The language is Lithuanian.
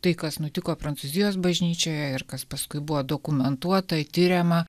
tai kas nutiko prancūzijos bažnyčioje ir kas paskui buvo dokumentuota tiriama